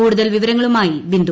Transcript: കൂടുതൽ വിവരങ്ങളുമായി ബിന്ദു